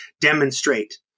demonstrate